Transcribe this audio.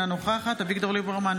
אינה נוכחת אביגדור ליברמן,